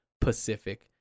Pacific